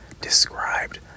described